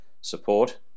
support